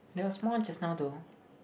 there was more just now though